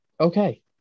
Okay